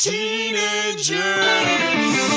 Teenagers